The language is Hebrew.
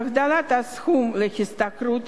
הגדלת הסכום להשתכרות